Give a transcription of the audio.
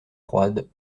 froides